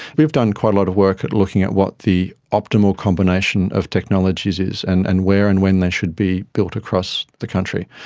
we've done quite a lot of work at looking at what the optimal combination of technologies is and and where and when they should be built across the country,